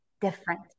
different